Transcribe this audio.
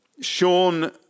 Sean